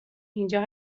اینجا